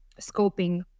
scoping